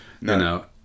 No